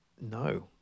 no